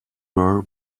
were